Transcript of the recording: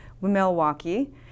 Milwaukee